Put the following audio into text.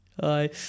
Hi